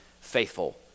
faithful